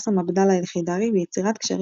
בסאם עבדאללה אל-חיידרי ביצירת קשרים